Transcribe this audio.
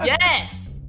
Yes